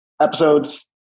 episodes